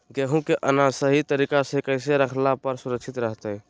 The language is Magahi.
गेहूं के अनाज सही तरीका से कैसे रखला पर सुरक्षित रहतय?